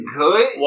good